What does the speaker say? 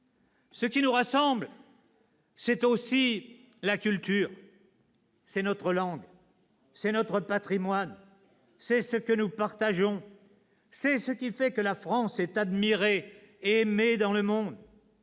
Ce qui nous rassemble, c'est aussi la culture. « C'est notre langue, c'est notre patrimoine, c'est ce que nous partageons, c'est ce qui fait que la France est admirée et aimée dans le monde.